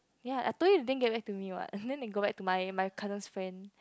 ya I told you they didn't get back to me what then they got back to my my cousin's friend